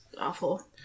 awful